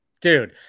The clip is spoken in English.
dude